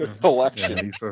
Collection